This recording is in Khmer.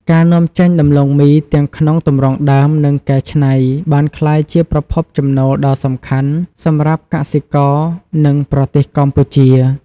ការនាំចេញដំឡូងមីទាំងក្នុងទម្រង់ដើម និងកែច្នៃ បានក្លាយជាប្រភពចំណូលដ៏សំខាន់សម្រាប់កសិករ និងប្រទេសកម្ពុជា។